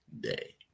day